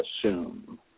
assume